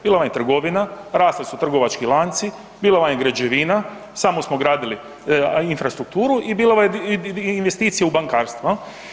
Bila vam je trgovina, rasli su trgovački lanci, bila vam je građevina, samo smo gradili infrastruktura i bila je investicija u bankarstvu.